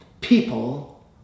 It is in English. People